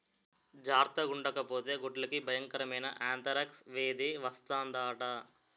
జార్తగుండకపోతే గొడ్లకి బయంకరమైన ఆంతరాక్స్ వేది వస్తందట